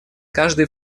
каждый